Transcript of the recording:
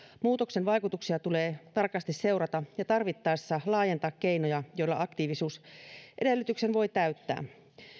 muutoksen vaikutuksia tulee tarkasti seurata ja tarvittaessa laajentaa keinoja joilla aktiivisuusedellytyksen voi täyttää